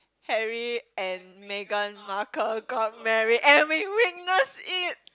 Harry and Megan-Markle got married and we witnessed it